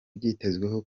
byitezwe